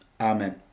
Amen